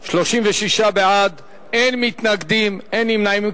36 בעד, אין מתנגדים, אין נמנעים.